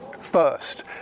first